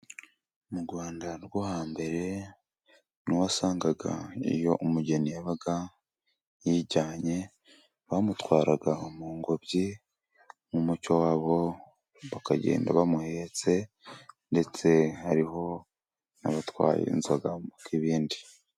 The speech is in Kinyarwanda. Mu Rwanda rwo hambere .Ni ho wasangaga ,iyo umugeni yaba yijyanye bamutwaraga mu ngobyi. Mu muco wabo bakagenda bamuhetse. Ndetse hariho n'abatwaye inzoga mu kibindi.